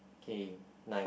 K nice